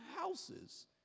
houses